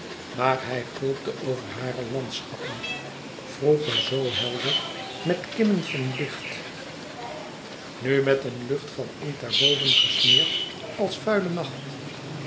maar hij gulpte over hare landschappen vroeger zoo helder met kimmen van licht nu met een lucht van inkt daarboven gesmeerd als vuile nacht